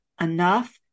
enough